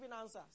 answers